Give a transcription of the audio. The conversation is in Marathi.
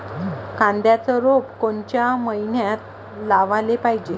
कांद्याचं रोप कोनच्या मइन्यात लावाले पायजे?